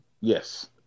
Yes